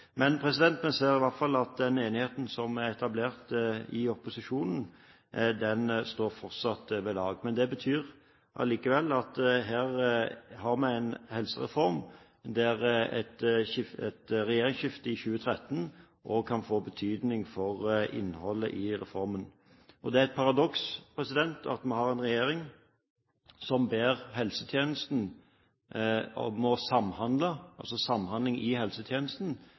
Men vi ser i hvert fall at den enigheten som er etablert i opposisjonen, fortsatt står ved lag. Det betyr allikevel at her har vi en helsereform der et regjeringsskifte i 2013 også kan få betydning for innholdet i reformen. Det er et paradoks at vi har en regjering som ber helsetjenesten om å samhandle, få samhandling i helsetjenesten,